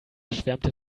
schwärmte